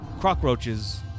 cockroaches